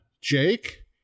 Jake